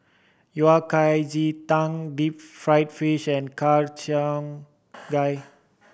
Yao Cai ji tang deep fried fish and Har Cheong Gai